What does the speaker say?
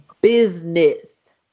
Business